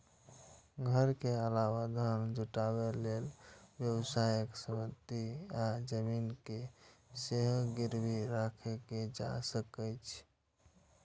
घर के अलावा धन जुटाबै लेल व्यावसायिक संपत्ति आ जमीन कें सेहो गिरबी राखल जा सकैए